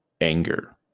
Anger